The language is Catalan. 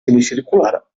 semicircular